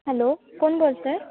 hello कोण बोलत आहे